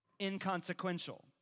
inconsequential